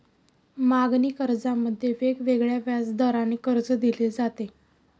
मागणी कर्जामध्ये वेगवेगळ्या व्याजदराने कर्ज दिले जाते